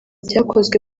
byakozwe